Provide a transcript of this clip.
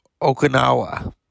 Okinawa